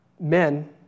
men